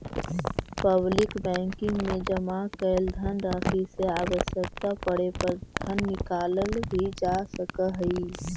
public banking में जमा कैल धनराशि से आवश्यकता पड़े पर धन निकालल भी जा सकऽ हइ